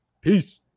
Peace